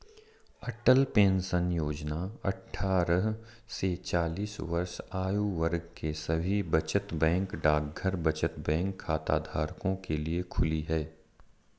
अटल pension योजना अट्ठारह से चालीस वर्ष आयु वर्ग के सभी बचत बैंक डाकघर बचत बैंक खाताधारकों के लिए खुली है